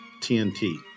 TNT